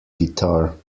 guitar